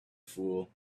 fool